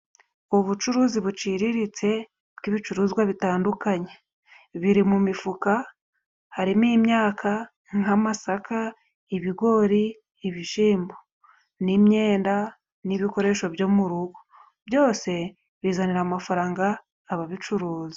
Ubucuruzi buciriritse bw'ibicuruzwa bitandukanye, biri mumifuka harimo imyaka nk'amasaka, ibigori, ibishyimbo, n'imyenda n'ibikoresho byo murugo byose bizanira amafaranga ababicuruza.